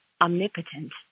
omnipotent